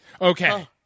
Okay